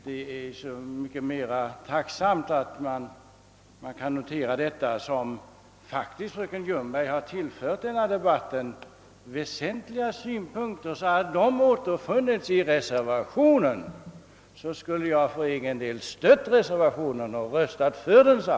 Det är så mycket mera glädjande att kunna säga detta som fröken Ljungberg faktiskt tillfört denna debatt väsentliga synpunkter, och hade dessa återfunnits i reservationen skulle jag för egen del röstat på denna.